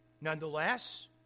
Nonetheless